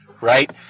Right